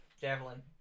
Javelin